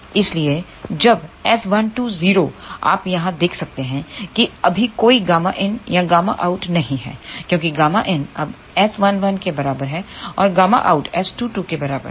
इसलिए जब S12 0 आप यहाँ देख सकते हैं कि अभी कोई Γin या Γout नहीं है क्योंकि Γin अब S11 के बराबर है और Γout S22 के बराबर है